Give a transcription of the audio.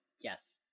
Yes